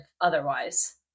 otherwise